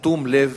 אטום לב